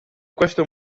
questo